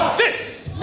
this